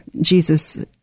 Jesus